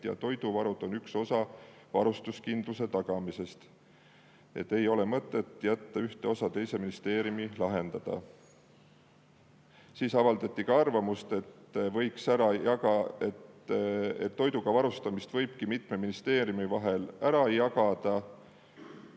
ja toiduvarud on üks osa varustuskindluse tagamisest. Ei ole mõtet jätta ühte osa teise ministeeriumi lahendada. Avaldati ka arvamust, et toiduga varustamise võikski mitme ministeeriumi vahel ära jagada,